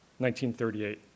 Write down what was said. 1938